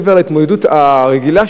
מעבר להתמודדות הרגילה,